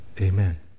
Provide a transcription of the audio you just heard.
amen